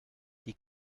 die